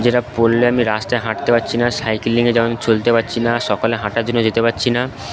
যেটা পরলে আমি রাস্তায় হাঁটতে পারছি না সাইকেল যেমন চলতে পারছি না সকালে হাঁটার জন্য যেতে পারছি না